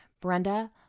Brenda